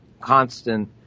constant